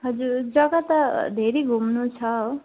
हजुर जग्गा त धेरै घुम्नु छ हो